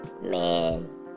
man